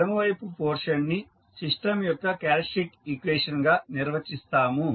ఎడమ వైపు పోర్షన్ ని సిస్టం యొక్క క్యారెక్టరిస్టిక్ ఈక్వేషన్ గా నిర్వచిస్తాము